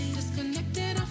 Disconnected